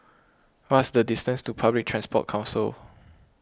what is the distance to Public Transport Council